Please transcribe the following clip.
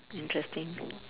interesting